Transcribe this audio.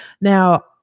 Now